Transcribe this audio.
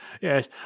yes